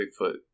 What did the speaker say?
Bigfoot